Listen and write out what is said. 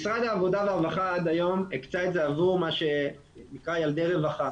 משרד העבודה והרווחה עד היום הקצה את זה עבור מה שנקרא ילדי רווחה.